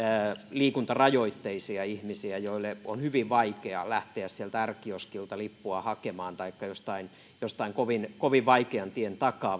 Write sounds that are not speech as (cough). liikuntarajoitteisia ihmisiä joille on hyvin vaikeaa lähteä sieltä r kioskilta lippua hakemaan taikka jostain jostain kovin kovin vaikean tien takaa (unintelligible)